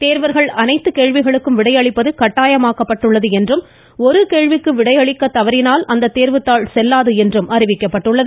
தோ்வர்கள் அனைத்து கேள்விகளுக்கும் விடையளிப்பது கட்டாயமாக்கப்பட்டுள்ளது என்றும் ஒரு கேள்விக்கு விடையளிக்க தவறினால் அந்த அறிவிக்கப்பட்டுள்ளது